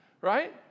right